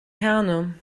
herne